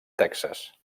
texas